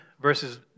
verses